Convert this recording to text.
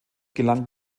gelang